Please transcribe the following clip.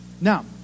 Now